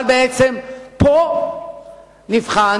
אבל בעצם פה נבחן